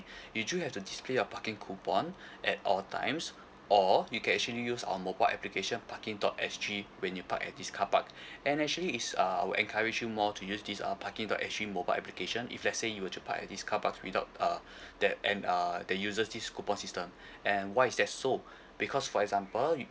you do have to display your parking coupon at all times or you can actually use our mobile application parking dot S_G when you park at this car park and actually is uh we encourage you more to use this uh parking dot S_G mobile application if let say you were to park at this car park without uh that and uh that uses this coupon system and why is that so because for example you